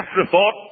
afterthought